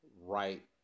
right